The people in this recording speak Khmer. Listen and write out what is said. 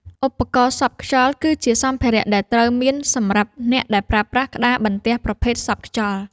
ឧបករណ៍សប់ខ្យល់ គឺជាសម្ភារៈដែលត្រូវមានសម្រាប់អ្នកដែលប្រើប្រាស់ក្តារបន្ទះប្រភេទសប់ខ្យល់។